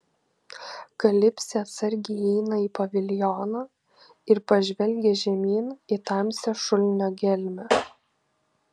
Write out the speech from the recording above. kalipsė atsargiai įeina į paviljoną ir pažvelgia žemyn į tamsią šulinio gelmę